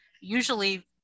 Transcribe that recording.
usually